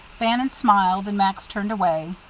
bannon smiled, and max turned away.